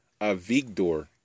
Avigdor